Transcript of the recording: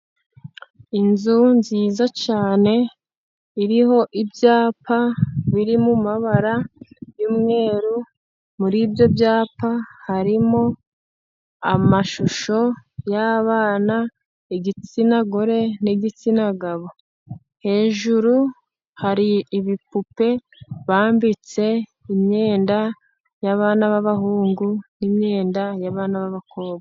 Inzu nziza cyane iriho ibyapa biri mu mabara y'umweru, muri ibyo byapa harimo amashusho y'abana, igitsina gore n'igitsina gabo. Hejuru hari ibipupe bambitse imyenda y'abana b'abahungu, n'imyenda y'abana b'abakobwa.